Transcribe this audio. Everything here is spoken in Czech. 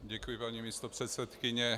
Děkuji, paní místopředsedkyně.